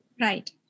Right